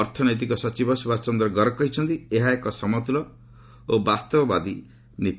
ଅର୍ଥନୈତିକ ସଚିବ ସୁବାସ ଚନ୍ଦ୍ର ଗର୍ଗ କହିଛନ୍ତି ଏହା ଏକ ସମତୁଲ ଓ ବାସ୍ତବବାଦୀ ନୀତି